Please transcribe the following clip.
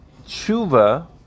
tshuva